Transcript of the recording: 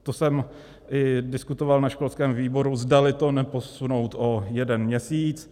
To jsem i diskutoval na školském výboru, zdali to neposunout o jeden měsíc.